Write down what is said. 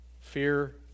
Fear